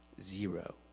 Zero